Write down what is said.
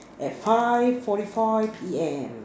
at five forty five P_M